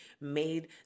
made